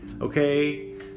Okay